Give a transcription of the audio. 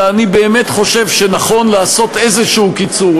אלא אני באמת חושב שנכון לעשות קיצור כלשהו,